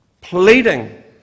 Pleading